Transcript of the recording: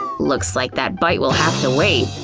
looks like that bite will have to wait.